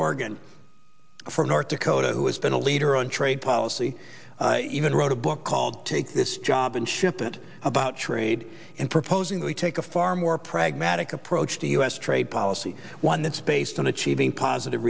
dorgan from north dakota who has been a leader on trade policy even wrote a book called take this job and ship it about trade and proposing that we take a far more pragmatic approach to u s trade policy one that's based on achieving positive